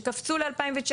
שקפצו ל-2019,